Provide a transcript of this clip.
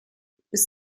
bis